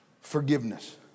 forgiveness